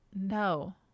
No